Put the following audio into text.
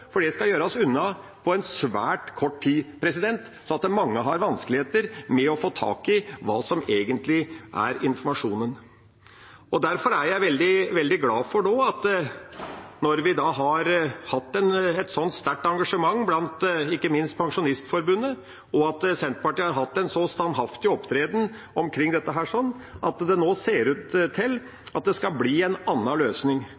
for det skal gjøres unna på svært kort tid. Mange har vanskeligheter med å få tak i hva som egentlig er informasjonen. Derfor er jeg veldig glad for – når vi har hatt et så sterkt engasjement, ikke minst fra Pensjonistforbundets side, og når Senterpartiet har hatt en så standhaftig opptreden omkring det – at det nå ser ut til at det skal bli en annen løsning.